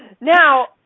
Now